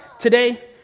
Today